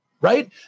Right